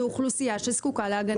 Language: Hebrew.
זו אוכלוסייה שזקוקה להגנה.